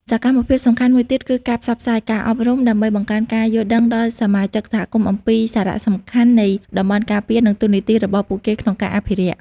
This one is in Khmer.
សកម្មភាពសំខាន់មួយទៀត គឺការផ្សព្វផ្សាយ ការអប់រំ ដើម្បីបង្កើនការយល់ដឹងដល់សមាជិកសហគមន៍អំពីសារៈសំខាន់នៃតំបន់ការពារ និងតួនាទីរបស់ពួកគេក្នុងការអភិរក្ស។